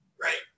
Right